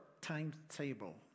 timetable